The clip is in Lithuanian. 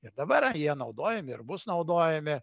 ir dabar jie naudojami ir bus naudojami